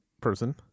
person